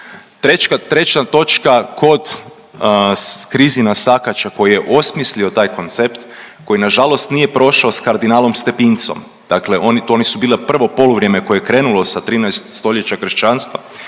Treća točka kod Krizina Sakača koji je osmislio taj koncept koji nažalost nije prošao s kardinalom Stepincom. Dakle oni, oni su bilo prvo poluvrijeme koje je krenulo sa 13 stoljeća kršćanstva.